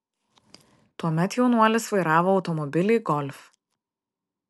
tuomet jaunuolis vairavo automobilį golf